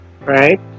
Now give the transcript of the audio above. right